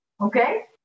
okay